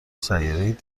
سیارهای